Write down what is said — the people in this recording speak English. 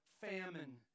famine